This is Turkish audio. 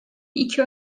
iki